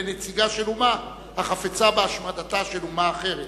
לנציגה של אומה החפצה בהשמדתה של אומה אחרת